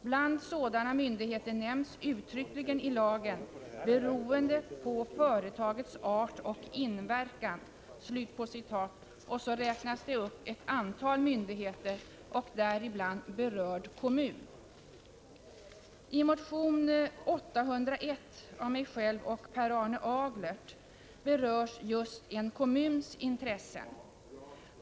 Bland sådana myndigheter nämns uttryckligen i lagen, beroende på företagets art och inverkan, -”; här räknas det upp ett antal myndigheter och däribland ”berörd kommun”. I motion Jo801 av mig själv och Per Arne Aglert berörs just en kommuns intressen.